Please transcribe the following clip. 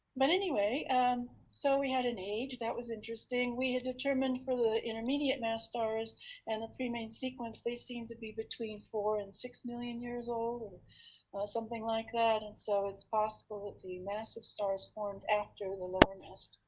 but anyway. and so we had an age that was interesting. we had determined for the intermediate-mass stars and the pre-main sequence, they seemed to be between four and six million years old something like that. and so it's possible the massive stars formed after the low mass